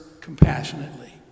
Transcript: compassionately